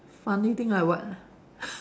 funny thing like what